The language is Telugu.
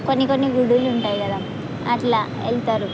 కొన్ని కొన్ని గుళ్ళు ఉంటాయి కదా అట్లా వెళ్తారు